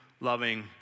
loving